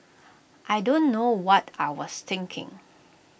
I don't know what I was thinking